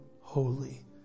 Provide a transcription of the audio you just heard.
Holy